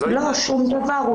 לא, שום דבר.